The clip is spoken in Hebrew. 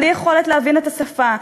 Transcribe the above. בלי יכולת להבין את השפה,